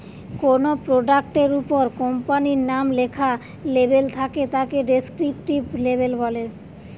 কোনো প্রোডাক্ট এর উপর কোম্পানির নাম লেখা লেবেল থাকে তাকে ডেস্ক্রিপটিভ লেবেল বলে